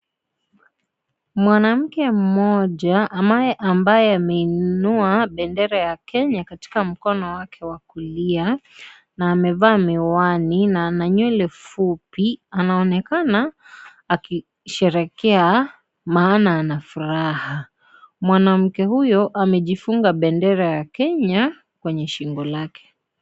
Mwanamke mmoja ambaye ameinua bendera ya Kenya katika mkono wake wa kulia, na amevaa miwani na ana nywele fupi anaonekana akisherehekea maana ana furaha. Mwanamke huyo amejifunga bendera ya Kenya kwenye shingo lake.